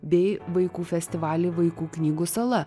bei vaikų festivalį vaikų knygų sala